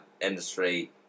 industry